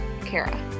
Kara